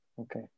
Okay